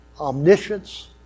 omniscience